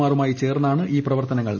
മാറുമായി ചേർന്നാണ് പ്രവർത്തനങ്ങൾ ഐ